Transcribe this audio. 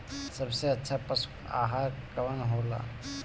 सबसे अच्छा पशु आहार कवन हो ला?